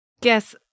Guess